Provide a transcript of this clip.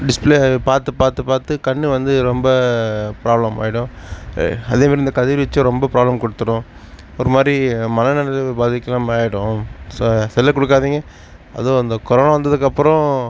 display அதை பார்த்து பார்த்து பார்த்து கண் வந்து ரொம்ப ப்ராப்ளம் ஆகிடும் அதே மாதிரி இந்த கதிர் வீச்சும் ரொம்ப ப்ராப்ளம் கொடுத்துரும் ஒரு மாதிரி மனநிலை பாதிக்கிற மாதிரியாய்டும் ஸோ செல்லை கொடுக்காதீங்க அதுவும் அந்த கொரோனோ வந்ததுக்கப்புறம்